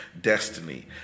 destiny